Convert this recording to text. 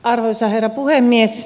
arvoisa herra puhemies